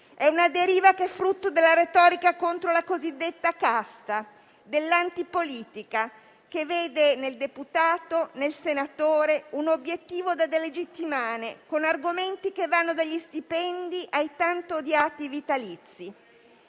È una deriva frutto della retorica contro la cosiddetta casta e dell'antipolitica che vede nel deputato e nel senatore un obiettivo da delegittimare, con argomenti che vanno dagli stipendi ai tanto odiati vitalizi.